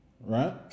right